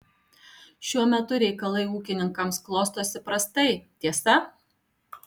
šiuo metu reikalai ūkininkams klostosi prastai tiesa